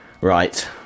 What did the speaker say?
Right